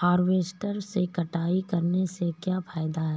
Harvester से कटाई करने से क्या फायदा है?